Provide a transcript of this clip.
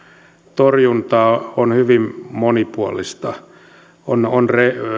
torjunta on hyvin monipuolista on on